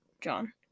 John